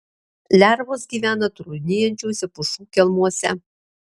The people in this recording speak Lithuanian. lervos gyvena trūnijančiuose pušų kelmuose